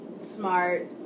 smart